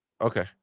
okay